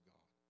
God